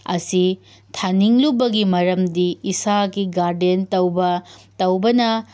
ꯑꯁꯤ ꯊꯥꯅꯤꯡꯂꯨꯕꯒꯤ ꯃꯔꯝꯗꯤ ꯏꯁꯥꯒꯤ ꯒꯥꯔꯗꯦꯟ ꯇꯧꯕ ꯇꯧꯕꯅ